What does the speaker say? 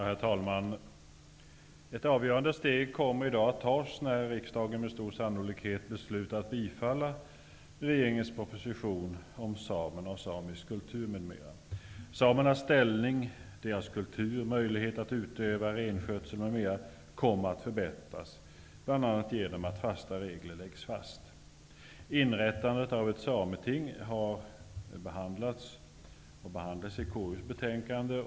Herr talman! I dag kommer ett avgörande steg att tas när riksdagen med stor sannolikhet beslutar att bifalla regeringens proposition om samerna och samisk kultur m.m. Samernas ställning, kultur och möjligheter att utöva renskötsel kommer att förbättras, bl.a. genom att fasta regler införs. Inrättandet av ett sameting har behandlats i KU:s betänkande.